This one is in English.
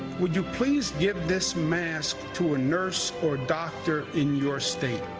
would you please give this mask to a nurse or doctor in your state?